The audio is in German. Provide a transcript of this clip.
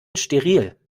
steril